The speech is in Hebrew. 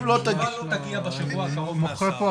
תשובה לא תגיע בשבוע הקרוב מהשר,